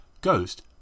Ghost